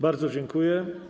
Bardzo dziękuję.